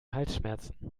halsschmerzen